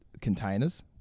containers